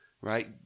right